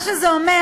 מה שזה אומר,